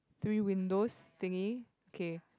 three windows thingy okay